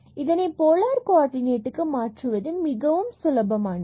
எனவே இதனை போலார் கோ ஆர்டினேட்க்கு மாற்றுவது மிகவும் சுலபமானது